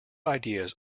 ideas